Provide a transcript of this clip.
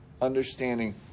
understanding